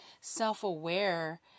self-aware